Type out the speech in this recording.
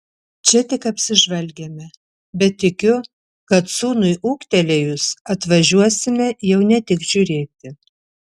čia tik apsižvalgėme bet tikiu kad sūnui ūgtelėjus atvažiuosime jau ne tik žiūrėti